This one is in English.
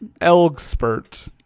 Elgspert